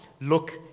look